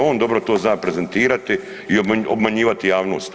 On dobro to zna prezentirati i obmanjivati javnost.